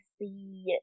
see